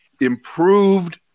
improved